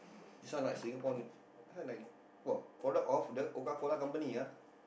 this right Singapore !huh! ni~ !wah! product of the Coca-Cola Company ah